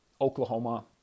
Oklahoma